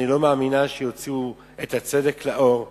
אני לא מאמינה שהצדק יצא לאור,